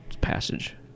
passage